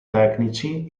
tecnici